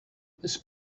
this